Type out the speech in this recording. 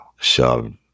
shoved